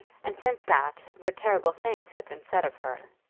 and since that what terrible things had been said of her!